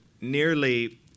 nearly